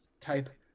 type